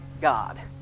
God